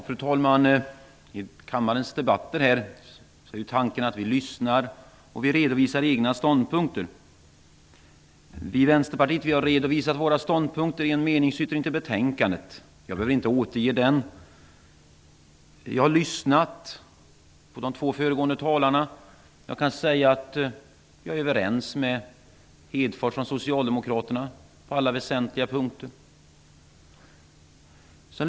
Fru talman! I kammarens debatter är tanken att vi lyssnar och att vi redovisar egna ståndpunkter. Vi i Vänsterpartiet har redovisat våra ståndpunkter i en meningsyttring till betänkandet, och jag behöver inte återge den. Jag har lyssnat på de två föregående talarna, och jag kan säga att jag är överens med Lars Hedfors från Socialdemokraterna på alla väsentliga punkter.